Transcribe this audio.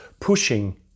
pushing